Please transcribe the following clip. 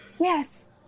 Yes